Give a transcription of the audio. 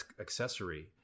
accessory